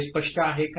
हे स्पष्ट आहे का